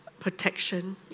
protection